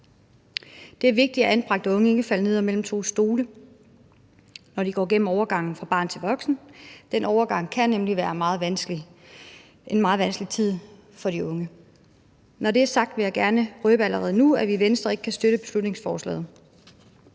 Det er vigtigt, at anbragte unge ikke falder ned mellem to stole, når de går gennem overgangen fra barn til voksen. Den overgang kan nemlig være en meget vanskelig tid for de unge. Når det er sagt, vil jeg gerne røbe allerede nu, at vi i Venstre ikke kan støtte beslutningsforslaget.